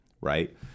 right